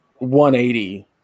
180